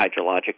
hydrologic